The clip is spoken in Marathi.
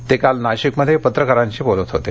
ते काल नाशिकमध्ये पत्रकारांशी बोलत होते